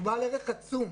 הוא בעל ערך עצום.